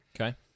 Okay